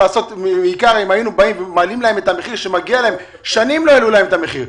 שנים לא העלו להם את המחיר.